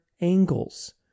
angles